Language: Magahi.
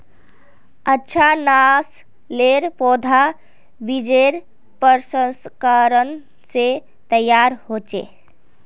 अच्छा नासलेर पौधा बिजेर प्रशंस्करण से तैयार होचे